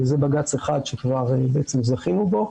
זה בג"צ אחד שבעצם זכינו בו.